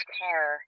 car